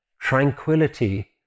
tranquility